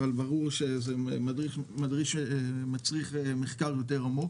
אבל ברור שזה מצריך מחקר יותר עמוק.